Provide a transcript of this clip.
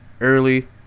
early